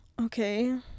okay